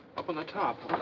up on the top.